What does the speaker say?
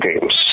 games